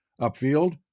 upfield